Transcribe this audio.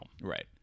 right